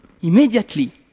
Immediately